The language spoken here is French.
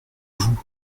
vous